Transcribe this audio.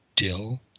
dill